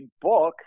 book